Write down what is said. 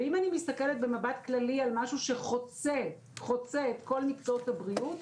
ואם אני מסתכלת במבט כללי על משהו שחוצה את כל מקצועות הבריאות,